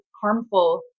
Harmful